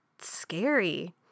scary